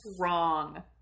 wrong